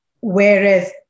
Whereas